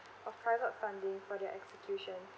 of private funding for their executions